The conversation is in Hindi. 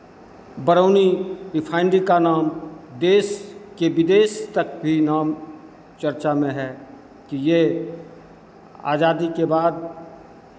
बरौनी रिफाइनरी का नाम देश के विदेश तक भी नाम चर्चा में है कि ये आज़ादी के बाद